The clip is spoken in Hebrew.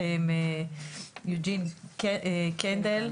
הוועדה היום בעיקרה היא סקירה של פרופ' שישנסקי ופרופ' יוג'יו קנדל.